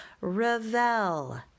revel